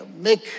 make